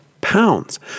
pounds